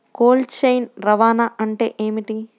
Cold chain రవాణా అంటే ఏమిటీ?